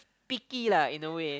picky lah in a way